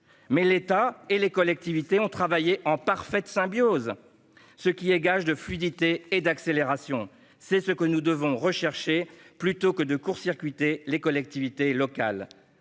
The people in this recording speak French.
mais l'État et les collectivités ont travaillé en parfaite symbiose, ce qui est gage de fluidité et d'accélération. C'est ce que nous devons rechercher, plutôt que de court-circuiter les collectivités locales